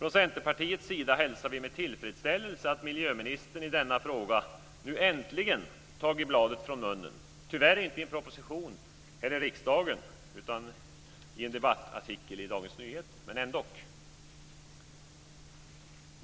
Från Centerpartiets sida hälsar vi med tillfredsställelse att miljöministern i denna fråga nu äntligen tagit bladet från munnen, tyvärr inte i en proposition utan i en debattartikel i Dagens Nyheter.